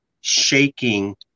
shaking